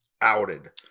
outed